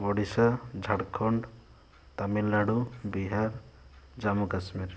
Odisha Jharkhand Tamil Nadu Bihar Jammu Kashmir